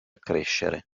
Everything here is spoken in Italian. crescere